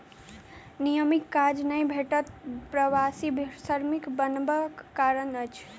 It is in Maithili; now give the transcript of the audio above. नियमित काज नै भेटब प्रवासी श्रमिक बनबा के कारण अछि